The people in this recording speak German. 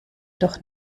doch